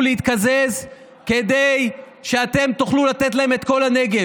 להתקזז כדי שאתם תוכלו לתת להם את כל הנגב.